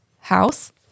house